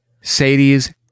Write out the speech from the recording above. Sadie's